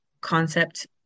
concept